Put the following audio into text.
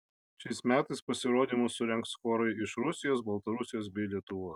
šiais metais pasirodymus surengs chorai iš rusijos baltarusijos bei lietuvos